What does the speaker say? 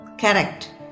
Correct